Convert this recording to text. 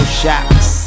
shots